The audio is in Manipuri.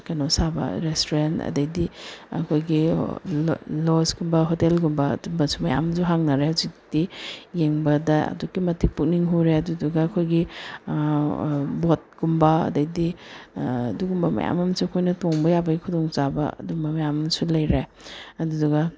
ꯀꯩꯅꯣ ꯁꯥꯕ ꯔꯦꯁꯇꯨꯔꯦꯟ ꯑꯗꯩꯗꯤ ꯑꯩꯈꯣꯏꯒꯤ ꯂꯣꯗꯖꯀꯨꯝꯕ ꯍꯣꯇꯦꯜꯒꯨꯝꯕ ꯑꯗꯨꯝꯕꯁꯨ ꯃꯌꯥꯝꯁꯨ ꯍꯥꯡꯅꯔꯦ ꯍꯧꯖꯤꯛꯇꯤ ꯌꯦꯡꯕꯗ ꯑꯗꯨꯛꯀꯤ ꯃꯇꯤꯛ ꯄꯨꯛꯅꯤꯡ ꯍꯨꯔꯦ ꯑꯗꯨꯗꯨꯒ ꯑꯩꯈꯣꯏꯒꯤ ꯕꯣꯠꯀꯨꯝꯕ ꯑꯗꯩꯗꯤ ꯑꯗꯨꯒꯨꯝꯕ ꯃꯌꯥꯝ ꯑꯃꯁꯨ ꯑꯩꯈꯣꯏꯅ ꯇꯣꯡꯕ ꯌꯥꯕꯒꯤ ꯈꯨꯗꯣꯡ ꯆꯥꯕ ꯑꯗꯨꯝꯕ ꯃꯌꯥꯝ ꯑꯃꯁꯨ ꯂꯩꯔꯦ ꯑꯗꯨꯗꯨꯒ